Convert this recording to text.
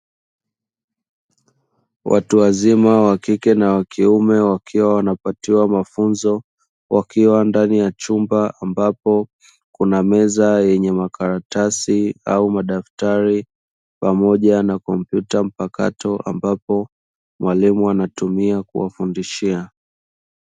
Watu wazima wa kike na wa kiume, wakiwa wanapatiwa mafunzo wakiwa ndani ya chumba, ambapo kuna meza yenye makaratasi au madaftari pamoja na kompyuta mpakato ambapo mwalimu anatumia kuwafundishia.